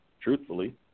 Truthfully